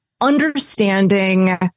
understanding